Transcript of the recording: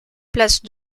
place